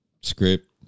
script